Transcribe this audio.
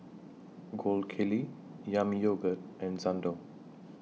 Gold Kili Yami Yogurt and Xndo